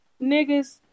niggas